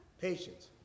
patience